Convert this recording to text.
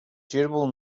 durable